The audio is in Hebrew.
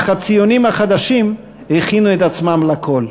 אך הציונים החדשים הכינו את עצמם לכול.